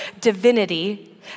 divinity